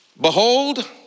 Behold